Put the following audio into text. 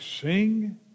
sing